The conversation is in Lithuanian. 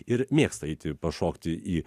ir mėgsta eiti pašokti į